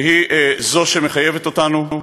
והיא שמחייבת אותנו.